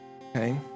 okay